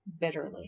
bitterly